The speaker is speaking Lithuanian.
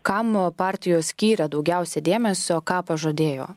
kam partijos skyrė daugiausia dėmesio ką pažadėjo